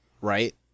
right